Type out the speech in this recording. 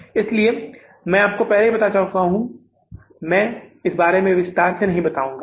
इसलिए मैं आपको पहले ही बता चुका हूं मैं इस बारे में विस्तार से नहीं बताऊंगा